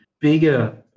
Bigger